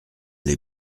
les